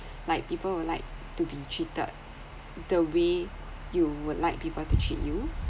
like people would like to be treated the way you would like people to treat you